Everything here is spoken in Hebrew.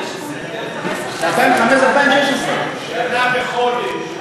2015 2016. 2015 2016. שנה וחודש.